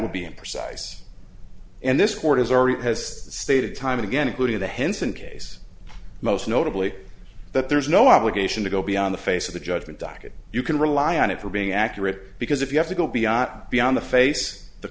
would be imprecise and this court has already has stated time and again including the henson case most notably that there is no obligation to go beyond the face of the judgment docket you can rely on it for being accurate because if you have to go beyond beyond the face the